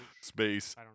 space